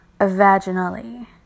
vaginally